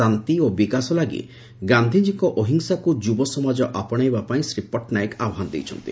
ଶାତ୍ତି ଓ ବିକାଶ ଲାଗି ଗାଧିଜୀଙ୍କ ଅହିଂସାକୁ ଯୁବ ସମାଜ ଆପଣେଇବା ପାଇଁ ଶ୍ରୀ ପଟ୍ଟନାୟକ ଆହ୍ୱାନ ଦେଇଛନ୍ତି